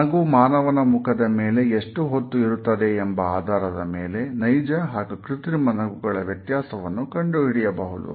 ನಗು ಮಾನವನ ಮುಖದ ಮೇಲೆ ಎಷ್ಟು ಹೊತ್ತು ಇರುತ್ತದೆ ಎಂಬ ಆಧಾರದ ಮೇಲೆ ನೈಜ ಹಾಗೂ ಕೃತ್ರಿಮ ನಗುಗಳ ವ್ಯತ್ಯಾಸವನ್ನು ಕಂಡುಹಿಡಿಯಬಹುದು